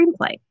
screenplay